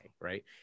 right